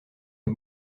est